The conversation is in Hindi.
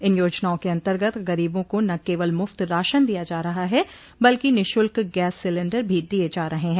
इन योजनाओं के अंतर्गत गरीबों को न केवल मुफ्त राशन दिया जा रहा है बल्कि निःशुल्क गैस सिलेंडर भी दिए जा रहे हैं